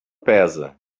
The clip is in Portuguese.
pesa